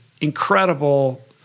incredible